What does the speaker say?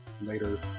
Later